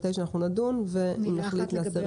נדון ונחליט.